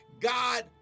God